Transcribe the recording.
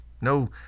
No